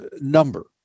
number